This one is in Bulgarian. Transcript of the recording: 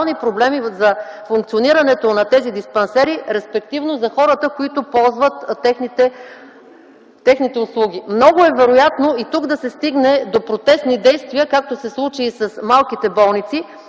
проблеми за функционирането на тези диспансери, респективно за хората, които ползват техните услуги. Много вероятно е и тук да се стигне до протестни действия, както се случи и с малките болници.